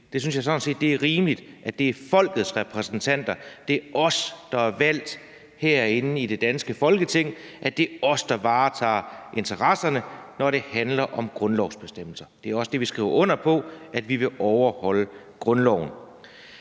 Der synes jeg sådan set, at det er rimeligt, at det er folkets repræsentanter – os, der er valgt til det danske Folketing – der varetager interesserne, når det handler om grundlovsbestemmelser. Det er også det, vi skriver under på, altså at vi vil overholde grundloven.